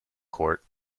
court